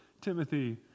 Timothy